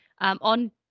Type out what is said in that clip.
on